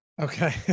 Okay